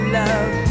love